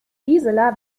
gisela